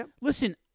Listen